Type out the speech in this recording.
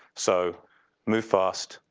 so move fast,